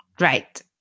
Right